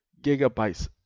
gigabytes